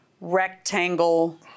rectangle